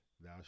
Thou